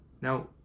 Now